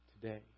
today